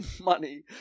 money